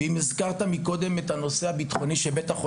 ואם הזכרת קודם את הנושא הביטחוני ואני